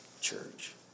church